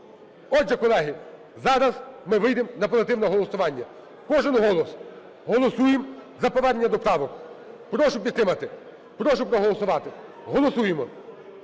Отже, колеги, зараз ми вийдемо на позитивне голосування. Кожен голос! Голосуємо за повернення до правок. Прошу підтримати, прошу проголосувати! Голосуємо!